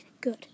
good